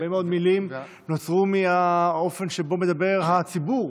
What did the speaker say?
הרבה מאוד מילים נוצרו מהאופן שבו מדבר הציבור,